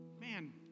man